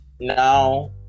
Now